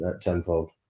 tenfold